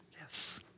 Yes